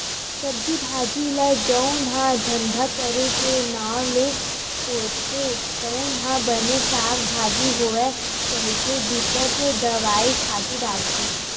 सब्जी भाजी ल जउन ह धंधा करे के नांव ले बोथे तउन ह बने साग भाजी होवय कहिके बिकट दवई, खातू डारथे